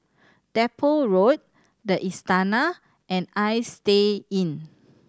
Depot Road The Istana and Istay Inn